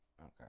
Okay